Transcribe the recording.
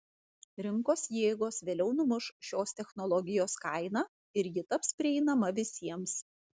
rinkos jėgos vėliau numuš šios technologijos kainą ir ji taps prieinama visiems